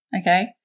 okay